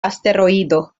asteroido